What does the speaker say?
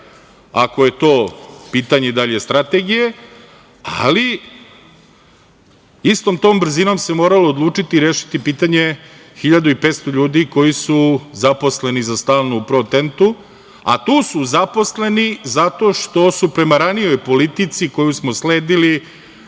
ako je to pitanje dalje strategije, ali istom tom brzinom se moralo odlučiti i rešiti pitanje 1.500 ljudi koji su zaposleni za stalno u „Pro Tent“, a tu su zaposleni zato što su prema ranijoj politici, koju smo sledili,